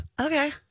okay